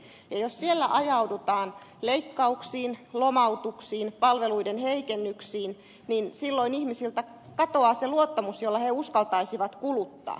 jos siellä ajaudutaan leikkauksiin lomautuksiin palveluiden heikennyksiin silloin ihmisiltä katoaa se luottamus jolla he uskaltaisivat kuluttaa